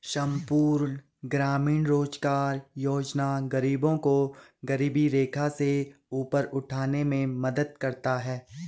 संपूर्ण ग्रामीण रोजगार योजना गरीबों को गरीबी रेखा से ऊपर उठाने में मदद करता है